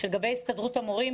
שלגבי הסתדרות המורים,